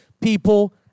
people